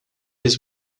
his